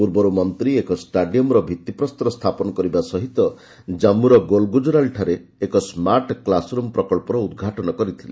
ପୂର୍ବରୁ ମନ୍ତ୍ରୀ ଏକ ଷ୍ଟାଡିୟମ୍ର ଭିଭିପ୍ରସ୍ତର ସ୍ଥାପନ କରିବା ସହିତ ଜନ୍ମୁର ଗୋଲ୍ ଗୁଜରାଲ୍ଠାରେ ଏକ ସ୍କାର୍ଟ କ୍ଲାସ୍ରୁମ୍ ପ୍ରକ୍ସର ଉଦ୍ଘାଟନ କରିଥିଲେ